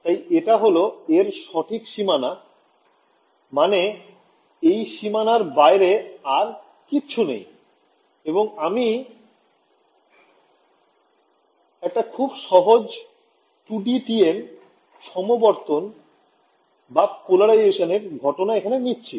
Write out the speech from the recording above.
তাই এটা হল এর সঠিক সীমানা মানে এই সীমানার বাইরে আর কিছুই নেই এবং আমি একটা খুব সহজ 2D TM সমবর্তন এর ঘটনা এখানে নিচ্ছি